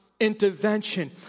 intervention